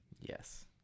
Yes